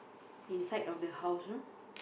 inside of the house you know